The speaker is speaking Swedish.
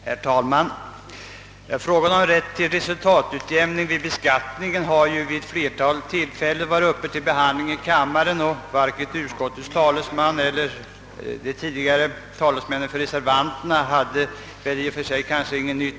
Herr talman! Frågan om rätt till resultatutjämning vid beskattning har vid flera tillfällen varit uppe till behandling i kammaren, men varken utskottets talesman eller de tidigare talesmännen för reservationerna hade något nytt att säga denna gång.